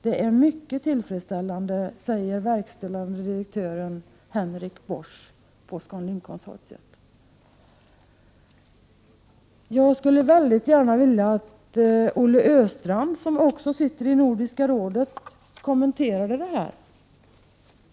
Det är mycket tillfredsställande, säger verkställande direktören Henrik Bosch på ScanLink-konsortiet.” Jag skulle väldigt gärna vilja att Olle Östrand, som ju sitter i Nordiska rådet, kommenterade det här.